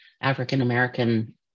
African-American